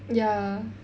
ya